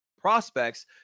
prospects